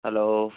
hello